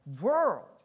world